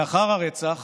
לאחר הרצח